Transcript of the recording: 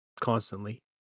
constantly